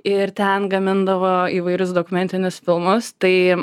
ir ten gamindavo įvairius dokumentinius filmus tai